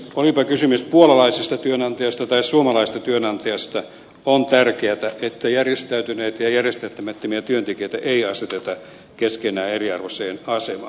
olipa kysymys puolalaisesta työnantajasta tai suomalaisesta työnantajasta on tärkeätä että järjestäytyneitä ja järjestäytymättömiä työntekijöitä ei aseteta keskenään eriarvoiseen asemaan